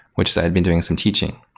which is i had been doing some teaching.